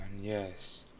yes